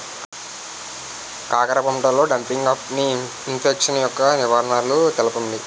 కాకర పంటలో డంపింగ్ఆఫ్ని ఇన్ఫెక్షన్ యెక్క నివారణలు తెలపండి?